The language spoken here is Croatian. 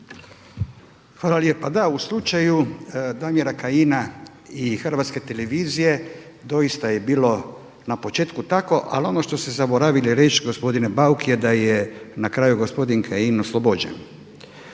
Hvala lijepa. Da, u slučaju Damira Kajina i Hrvatske televizije doista je bilo na početku tako ali ono što ste zaboravili reći gospodine Bauk je da je na kraju gospodin Kajin oslobođen.